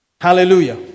Hallelujah